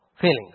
feelings